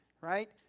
right